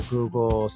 Google